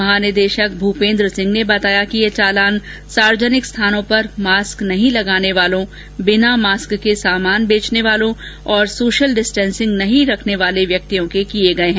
महानिदेशक पुलिस भूपेन्द्र सिंह ने बताया कि ये चालान सार्वजनिक स्थानो पर मास्क नहीं लगाने वालों बिना मास्क के सामान बेचने वालों और सोशल डिस्टेन्सिग नहीं रखने वाले व्यक्तियों के किये गये हैं